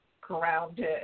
grounded